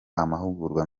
amahugurwa